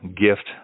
gift